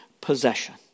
possession